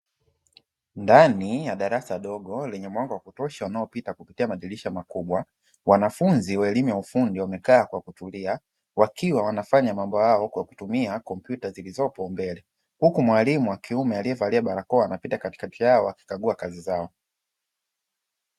Ndani ya darasa dogo lenye mwanga wa kutosha unaopita kwa kupitia madirisha makubwa. Wanafunzi wa elimu ya ufundi wamekaa kwa kutulia wakiwa wanafanya mambo yao kwa kutumia kompyuta zilizopo mbele, huku mwalimu wakiume amevalia barakoa akipita katiakti yao akikagua kazi zao.